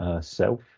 self